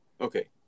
Okay